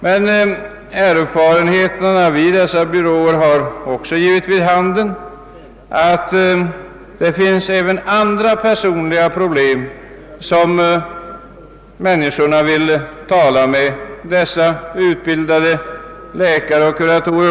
Men erfarenheterna vid dessa byråer har också givit vid handen att det även finns flera personliga problem, om vilka människorna vill tala med bl.a. utbildade läkare och kuratorer.